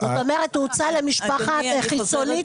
זאת אומרת הוא הוצא למשפחה חיצונית,